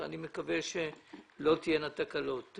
אני מקווה שלא תהיינה תקלות.